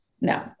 no